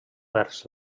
vers